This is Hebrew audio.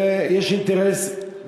ויש אינטרס.